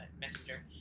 messenger